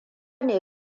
ne